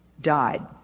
died